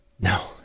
no